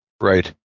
Right